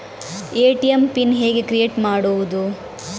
ATM pin ಹೇಗೆ create ಮಾಡುವುದು?